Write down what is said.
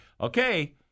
okay